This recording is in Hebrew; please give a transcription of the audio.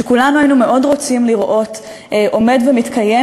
שכולנו היינו מאוד רוצים לראות אותו עומד ומתקיים